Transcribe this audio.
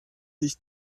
nicht